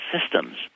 systems